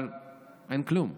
אבל אין כלום.